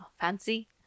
Fancy